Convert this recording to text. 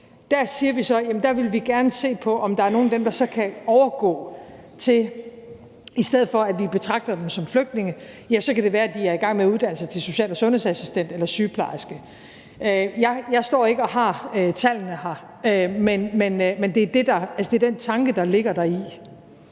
så, at vi gerne vil se på, om der er nogle af dem, der så kan overgå til – i stedet for at vi betragter dem som flygtninge – at være i gang med at uddanne sig til social- og sundhedsassistent eller sygeplejerske. Jeg står ikke og har tallene her, men det er den tanke, der ligger deri.